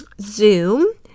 Zoom